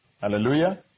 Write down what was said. Hallelujah